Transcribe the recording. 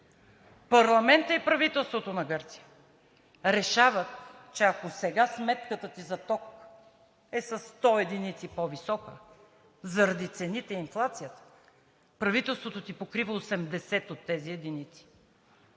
Парламентът и правителството на Гърция решават, че ако сега сметката ти за ток е със 100 единици по висока заради цените и инфлацията, правителството ти покрива 80 от тези единици.